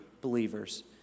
believers